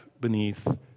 beneath